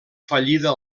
fallida